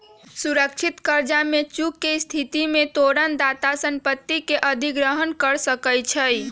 सुरक्षित करजा में चूक के स्थिति में तोरण दाता संपत्ति के अधिग्रहण कऽ सकै छइ